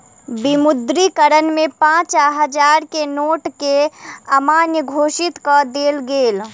विमुद्रीकरण में पाँच आ हजार के नोट के अमान्य घोषित कअ देल गेल